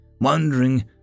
wondering